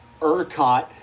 ERCOT